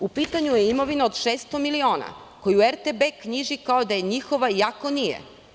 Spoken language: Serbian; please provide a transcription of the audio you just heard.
U pitanju je imovina od 600 miliona koju RTB knjiži kao da je njihova, iako nije.